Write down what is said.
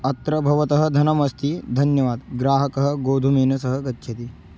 अत्र भवतः धनमस्ति धन्यवादः ग्राहकः गोधुमेन सह गच्छति